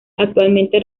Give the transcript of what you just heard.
actualmente